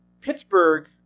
Pittsburgh